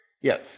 Yes